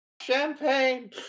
champagne